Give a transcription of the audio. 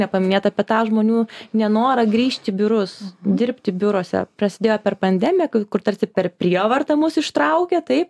nepaminėt apie tą žmonių nenorą grįžt į biurus dirbti biuruose prasidėjo per pandemiją kur tarsi per prievartą mus ištraukė taip